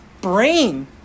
brain